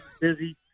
busy